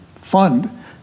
fund